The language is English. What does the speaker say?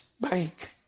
bank